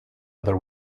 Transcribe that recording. other